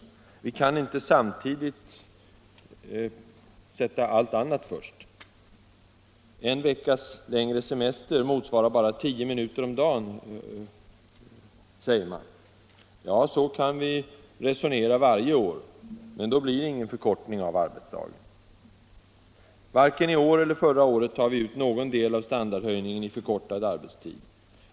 Vi kan inte samtidigt prioritera allt. En veckas längre semester 155 motsvarar bara tio minuter om dagen, brukar det sägas. Ja, så kan vi resonera varje år — men då blir det ingen förkortning av arbetsdagen. Varken i år eller förra året har vi tagit ut någon del av standardhöjningen i förkortad arbetstid för alla.